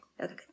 Okay